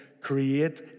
Create